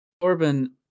Orban